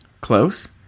Close